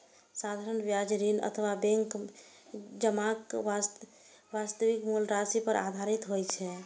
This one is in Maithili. साधारण ब्याज ऋण अथवा बैंक जमाक वास्तविक मूल राशि पर आधारित होइ छै